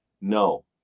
No